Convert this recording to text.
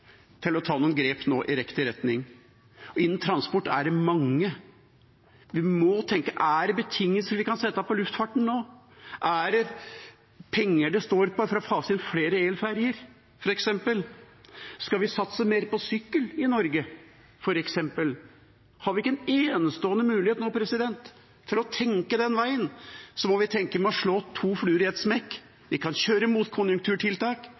til nå å ta noen grep i riktig retning, og innen transport er det mange. Vi må tenke: Er det betingelser vi kan sette til luftfarten nå? Er det f.eks. penger det står på for å fase inn flere elferger? Skal vi satse mer på sykkel i Norge? Har vi ikke nå en enestående mulighet til å tenke den veien? Vi må tenke det å slå to fluer i ett smekk. Vi kan kjøre motkonjunkturtiltak,